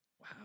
Wow